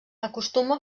acostuma